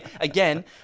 Again